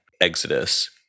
Exodus